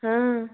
ହଁ